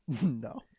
No